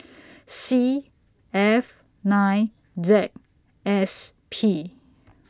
C F nine Z S P